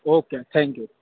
okay thank you